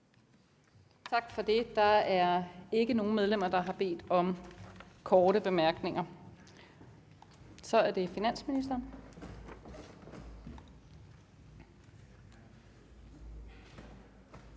Tak for det. Der er ikke flere medlemmer, der har bedt om korte bemærkninger. Tak til finansministeren.